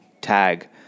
tag